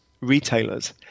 retailers